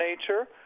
nature